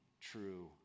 true